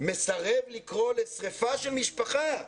מסרב לקרוא לשריפה של משפחה טרור,